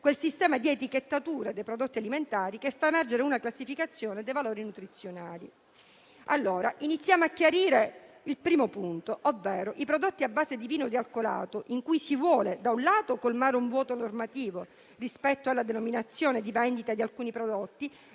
un sistema di etichettatura dei prodotti alimentari che fa emergere una classificazione dei valori nutrizionali. Iniziamo a chiarire il primo punto, ovvero i prodotti a base di vino dealcolato. Da un lato, si vuole colmare un vuoto normativo rispetto alla denominazione di vendita di alcuni prodotti;